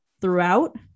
throughout